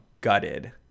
gutted